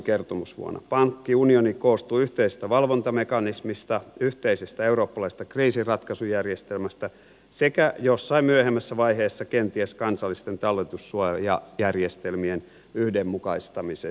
pankkiunioni koostuu yhteisestä valvontamekanismista yhteisestä eurooppalaisesta kriisinratkaisujärjestelmästä sekä jossain myöhemmässä vaiheessa kenties kansallisten talletussuojajärjestelmien yhdenmukaistamisesta